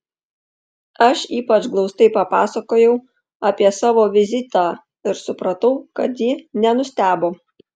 aš ypač glaustai papasakojau apie savo vizitą ir supratau kad ji nenustebo